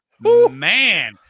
Man